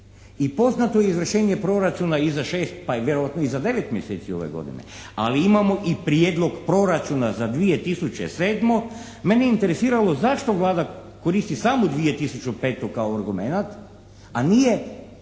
i poznato izvršenje proračuna i za 6, pa vjerojatno i za 9 mjeseci ove godine, ali imamo i prijedlog proračuna za 2007. Mene je interesiralo zašto Vlada koristi samo 2005. kao argumenat, a nije